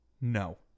no